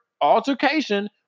altercation